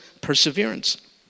perseverance